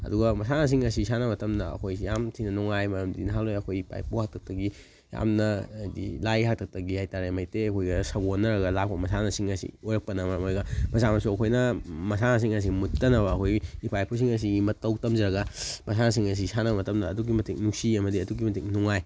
ꯑꯗꯨꯒ ꯃꯁꯥꯟꯅꯁꯤꯡ ꯑꯁꯤ ꯁꯥꯟꯅꯕ ꯃꯇꯝꯗ ꯑꯩꯈꯣꯏꯁꯤ ꯌꯥꯝꯅ ꯊꯤꯅ ꯅꯨꯉꯥꯏ ꯃꯔꯝꯗꯤ ꯅꯍꯥꯟꯋꯥꯏ ꯑꯩꯈꯣꯏ ꯏꯄꯥ ꯏꯄꯨ ꯍꯥꯛꯇꯛꯇꯒꯤ ꯌꯥꯝꯅ ꯍꯥꯏꯗꯤ ꯂꯥꯏꯒꯤ ꯍꯥꯛꯇꯛꯇꯒꯤ ꯍꯥꯏꯇꯥꯔꯦ ꯃꯩꯇꯩ ꯑꯩꯈꯣꯏꯒ ꯁꯥꯒꯣꯟꯅꯔꯒ ꯂꯥꯛꯄ ꯃꯁꯥꯟꯅꯁꯤꯡ ꯑꯁꯤ ꯑꯣꯏꯔꯛꯄꯅ ꯃꯔꯝ ꯑꯣꯏꯔꯒ ꯃꯆꯥ ꯃꯁꯨ ꯑꯩꯈꯣꯏꯅ ꯃꯁꯥꯟꯅꯁꯤꯡ ꯑꯁꯤ ꯃꯨꯠꯇꯅꯕ ꯑꯩꯈꯣꯏꯒꯤ ꯏꯄꯥ ꯏꯄꯨꯁꯤꯡ ꯑꯁꯤꯒꯤ ꯃꯇꯧ ꯇꯝꯖꯔꯒ ꯃꯁꯥꯟꯅꯁꯤꯡ ꯑꯁꯤ ꯁꯥꯟꯅꯕ ꯃꯇꯝꯗ ꯑꯗꯨꯛꯀꯤ ꯃꯇꯤꯛ ꯅꯨꯡꯁꯤ ꯑꯃꯗꯤ ꯑꯗꯨꯛꯀꯤ ꯃꯇꯤꯛ ꯅꯨꯡꯉꯥꯏ